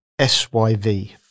SYV